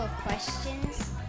questions